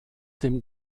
dem